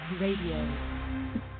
Radio